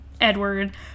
Edward